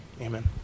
amen